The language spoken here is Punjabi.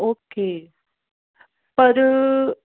ਓਕੇ ਪਰ